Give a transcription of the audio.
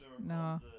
No